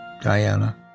Diana